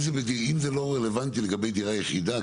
אם זה לא רלוונטי לגבי דירה יחידה,